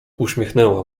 uśmiechnęła